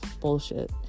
bullshit